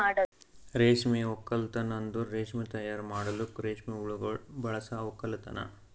ರೇಷ್ಮೆ ಒಕ್ಕಲ್ತನ್ ಅಂದುರ್ ರೇಷ್ಮೆ ತೈಯಾರ್ ಮಾಡಲುಕ್ ರೇಷ್ಮೆ ಹುಳಗೊಳ್ ಬಳಸ ಒಕ್ಕಲತನ